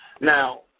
Now